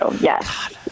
yes